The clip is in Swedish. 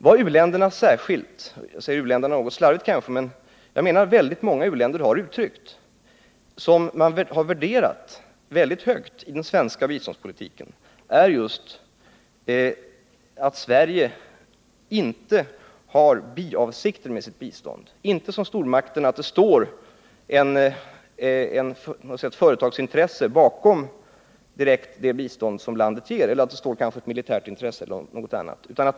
Vad väldigt många u-länder — jag använder kanske uttrycket u-länder lite slarvigt — har värderat mycket högt i den svenska biståndspolitiken är just att Sverige inte har biavsikter med biståndet — att det inte, som när det gäller stormakterna, finns direkta företagsintressen, militära intressen eller något annat bakom biståndet.